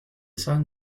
song